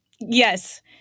Yes